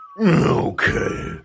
Okay